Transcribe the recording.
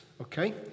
Okay